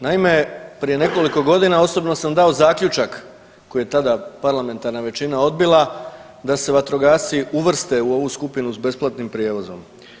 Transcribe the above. Naime, prije nekoliko godina osobno sam dao zaključak koji je tada parlamentarna većina odbila da se vatrogasci uvrste u ovu skupinu s besplatnim prijevozom.